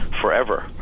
forever